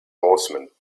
horseman